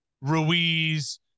Ruiz